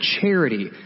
charity